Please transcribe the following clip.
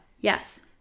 yes